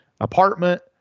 apartment